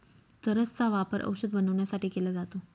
चरस चा वापर औषध बनवण्यासाठी केला जातो